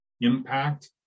impact